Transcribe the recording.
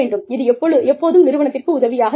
இது எப்போதும் நிறுவனத்திற்கு உதவியாக இருக்கும்